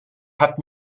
hat